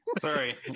Sorry